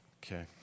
Okay